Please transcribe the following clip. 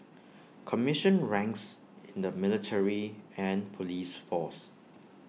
commissioned ranks in the military and Police force